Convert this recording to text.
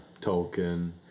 Tolkien